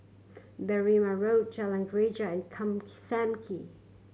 Berrima Road Jalan Greja and calm key Sam Kee